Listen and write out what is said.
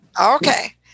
Okay